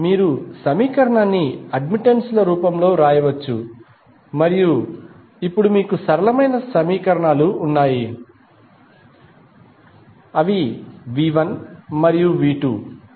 మీరు సమీకరణాన్ని అడ్మిటెన్స్ ల రూపంలో వ్రాయవచ్చు మరియు ఇప్పుడు మీకు సరళమైన సమీకరణాలు ఉన్నాయి అవి V1మరియు V2